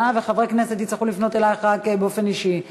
וחברי כנסת יצטרכו לפנות אלייך רק באופן אישי.